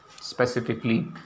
specifically